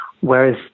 whereas